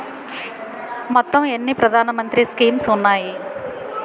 మొత్తం ఎన్ని ప్రధాన మంత్రి స్కీమ్స్ ఉన్నాయి?